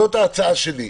זאת ההצעה שלי.